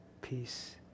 peace